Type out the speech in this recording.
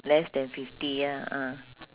less than fifty ya ah